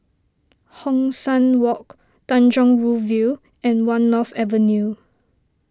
Hong San Walk Tanjong Rhu View and one North Avenue